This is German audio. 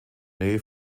nähe